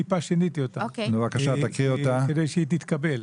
שיניתי אותה טיפה כדי שהיא תתקבל.